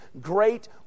great